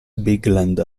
bigland